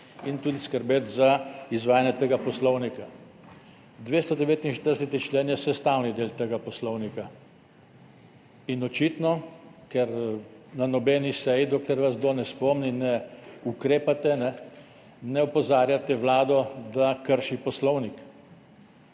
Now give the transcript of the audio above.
in tudi skrbeti za izvajanje tega poslovnika. 249. člen je sestavni del tega poslovnika in očitno, ker na nobeni seji, dokler vas kdo ne spomni, ne ukrepate, ne opozarjate vlade, da krši poslovnik.